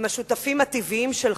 עם השותפים הטבעיים שלך.